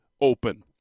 open